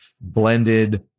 blended